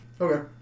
Okay